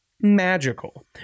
magical